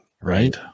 right